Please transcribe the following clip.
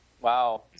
wow